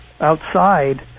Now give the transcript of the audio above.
outside